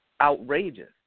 Outrageous